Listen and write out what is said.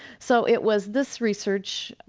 so it was this research,